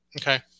okay